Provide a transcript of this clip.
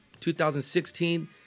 2016